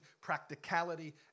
practicality